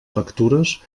factures